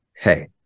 hey